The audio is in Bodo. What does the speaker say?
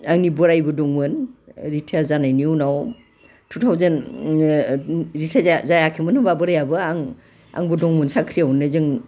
आंनि बोरायबो दंमोन रिटायार जानायनि उनाव टु थावजेन्ड रिटायार जायाखैमोन होमब्ला बोरायाबो आं आंबो दंमोन साख्रियावनो जों